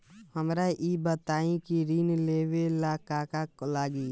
हमरा ई बताई की ऋण लेवे ला का का लागी?